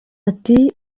ati